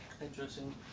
interesting